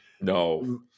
No